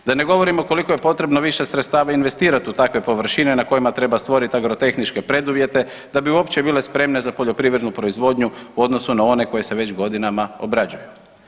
Da ne govorimo koliko je potrebno više sredstava investirati u takve površine na kojima treba stvoriti agrotehničke preduvjete da bi uopće bile spremne za poljoprivrednu proizvodnju u odnosu na one koje se već godinama obrađuju.